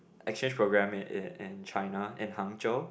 exchange program in in China in Hangzhou